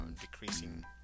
decreasing